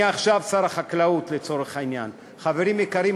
אני עכשיו שר החקלאות לצורך העניין: חברים יקרים,